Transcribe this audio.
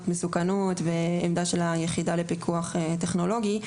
מסוכנות ועמדה של היחידה לפיקוח טכנולוגי,